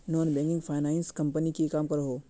Non banking finance company की काम करोहो?